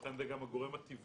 לכן זה גם הגורם הטבעי